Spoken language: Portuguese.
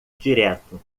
direto